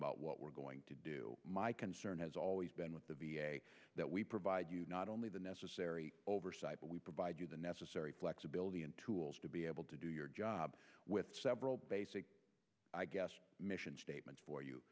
about what we're going to do my concern has always been with the v a that we provide you not only the necessary oversight but we provide you the necessary flexibility and tools to be able to do your job with several basic i guess mission statement for you